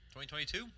2022